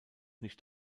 nicht